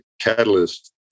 catalyst